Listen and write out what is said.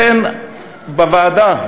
לכן בוועדה,